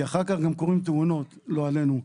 כי אחר כך קורות תאונות לא עלינו.